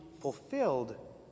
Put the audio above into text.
fulfilled